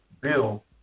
bill